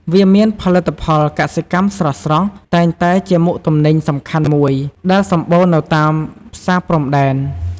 វាមានផលិតផល កសិកម្មស្រស់ៗ តែងតែជាមុខទំនិញសំខាន់មួយដែលសម្បូរនៅតាមផ្សារព្រំដែន។